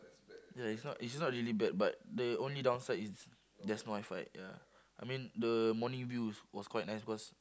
ya it's not it's not really bad but the only downside is there's no WiFi ya I mean the morning view is was quite nice because